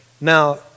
Now